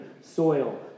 soil